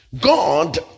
God